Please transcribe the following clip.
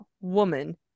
woman